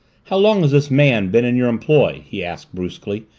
how long has this man been in your employ? he asked brusquely,